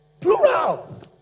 Plural